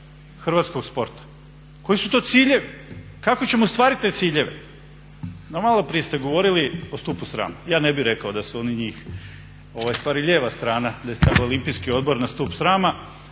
hrvatskog sporta, koji su to ciljevi, kako ćemo ostvariti te ciljeve. No malo prije ste govorili o stupu srama, ja ne bih rekao da su oni njih ustvari lijeva strana da … Olimpijski odbor na stup srama